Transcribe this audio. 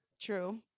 True